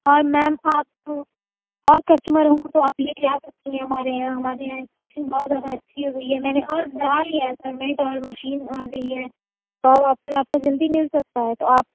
اور میم آپ کو اور کسٹمر ہوں تو آپ لے کے آ سکتی ہیں ہمارے یہاں ہمارے یہاں اسٹنچگ اور زیادہ اچھی ہو گئی ہے میں نے اور بڑھا لیا ہے سر نئی پاور مشین آ گئى ہے تو اب آپ كو آپ کا جلدى مل سكتا ہے تو آپ